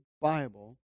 Bible